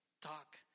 talk